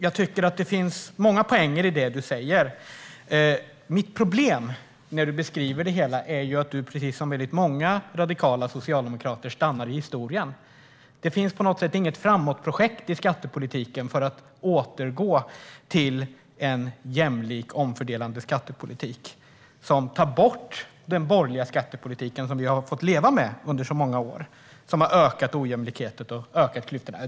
Jag tycker att det finns många poänger i det du säger. Mitt problem när du beskriver det hela är att du precis som många radikala socialdemokrater stannar i historien. Det finns på något sätt inget projekt framåt i skattepolitiken för att återgå till en jämlik och omfördelande skattepolitik som tar bort den borgerliga skattepolitiken, som vi har fått leva med under så många år och som har ökat ojämlikheten och klyftorna.